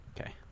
Okay